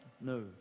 no